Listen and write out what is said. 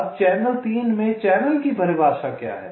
अब चैनल 3 में चैनल की परिभाषा क्या है